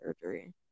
surgery